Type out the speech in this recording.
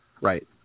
Right